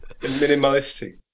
minimalistic